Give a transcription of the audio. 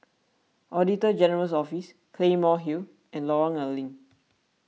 Auditor General's Office Claymore Hill and Lorong A Leng